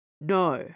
no